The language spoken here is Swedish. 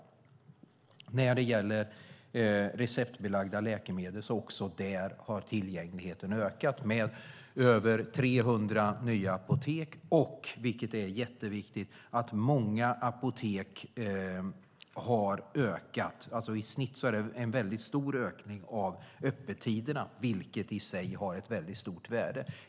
Även när det gäller receptbelagda läkemedel har tillgängligheten ökat med över 300 nya apotek och - vilket är jätteviktigt - att många apotek har ökat öppettiderna. I snitt är det en mycket stor ökning av öppettiderna, vilket i sig har ett stort värde.